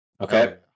Okay